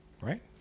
right